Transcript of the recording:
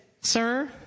Sir